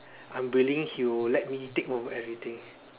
I'm willing he will let me take over everything